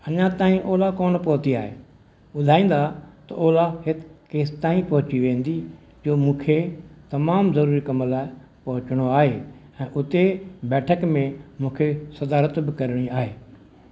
अञा ताईं ओला कोन पहुती आहे ॿुधाईंदा त ओला हित केसिताईं पहुंची वेंदी जो मूंखे तमामु ज़रूरी कम लाइ पहुचणो आहे ऐं उते बैठक में मूंखे सदारत बि करिणी आहे